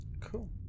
Cool